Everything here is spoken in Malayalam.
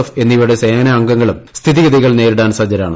എഫ് എന്നിവയുടെ സേനാംഗങ്ങളും സ്ഥിതിഗതികൾ നേരിടാൻ സജ്ജരാണ്